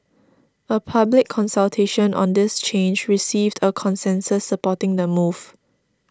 a public consultation on this change received a consensus supporting the move